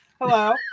Hello